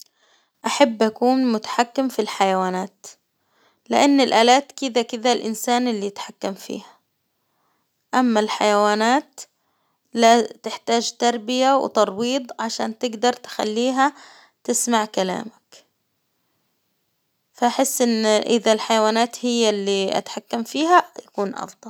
أحب أكون متحكم في الحيوانات، لإن الآلات كده كده الإنسان اللي يتحكم فيها، أما الحيوانات لا تحتاج تربية وترويض عشان تقدر تخليها تسمع كلامك، فأحس إن إذا الحيوانات هي اللي أتحكم فيها يكون أفضل.